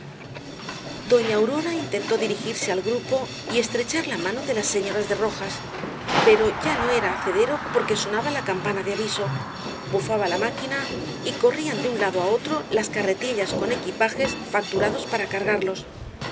doña aurora intentó dirigirse al grupo y estrechar la mano de las señoras de rojas pero ya no era hacedero porque sonaba la campana de aviso bufaba la máquina y corrían de un lado á otro las carretillas con equipajes facturados para cargarlos